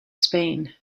spain